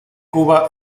cuba